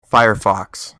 firefox